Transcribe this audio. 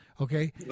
Okay